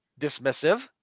dismissive